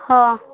ହଁ